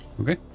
Okay